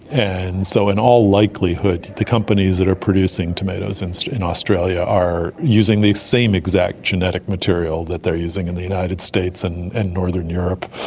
and so in all likelihood the companies that are producing tomatoes and so in australia are using the same exact genetic material that they are using in the united states and and northern europe.